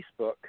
Facebook